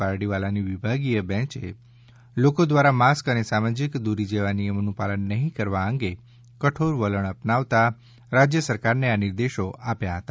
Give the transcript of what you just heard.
પારડીવાલાની વિભાગીય બેન્ચે લોકો દ્વારા માસ્ક અને સામાજિક દૂરી જેવા નિયમોનું પાલન નહીં કરવા અંગે કઠોર વલણ અપનાવતા રાજ્ય સરકારને આ નિર્દેશો આપ્યા હતા